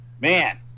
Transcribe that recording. man